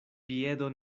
piedo